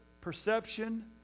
perception